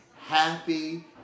happy